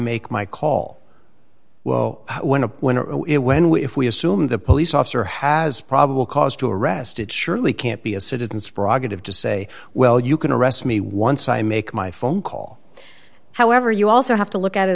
make my call well one of when it when we if we assume the police officer has probable cause to arrest it surely can't be a citizens froggatt have to say well you can arrest me once i make my phone call however you you also have to look at